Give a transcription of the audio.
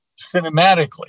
cinematically